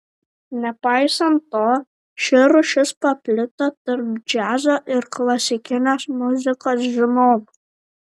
nepaisant to ši rūšis paplito tarp džiazo ir klasikinės muzikos žinovų